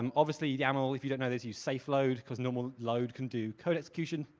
um obviously yaml, if you don't know this, use safe load, cause normal load can do code execution.